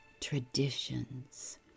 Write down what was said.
traditions